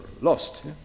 lost